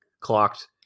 clocked